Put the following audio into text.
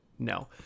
no